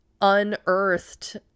unearthed